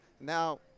now